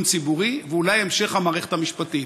ציבורי ואולי המשך במערכת המשפטית.